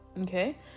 okay